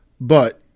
but-